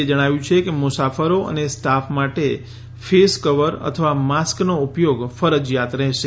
એ જણાવ્યું છે કે મુસાફરો અને સ્ટાફ માટે ફેસ કવર અથવા માસ્કનો ઉપયોગ ફરજિયાત રહેશે